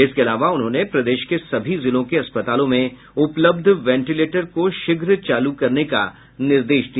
इसके अलावा उन्होंने प्रदेश के सभी जिलों के अस्पतालों में उपलब्ध वेंटीलेटर को शीघ्र चालू करने का निर्देश दिया